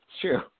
True